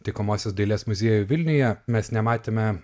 taikomosios dailės muziejuj vilniuje mes nematėme